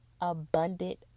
abundant